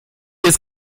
ist